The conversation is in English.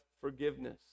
forgiveness